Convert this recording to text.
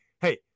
hey